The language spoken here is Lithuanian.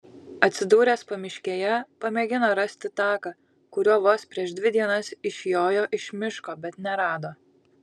atsidūręs pamiškėje pamėgino rasti taką kuriuo vos prieš dvi dienas išjojo iš miško bet nerado